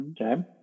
Okay